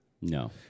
No